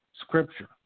scripture